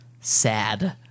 sad